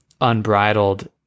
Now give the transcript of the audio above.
unbridled